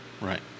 right